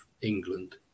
England